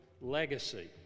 legacy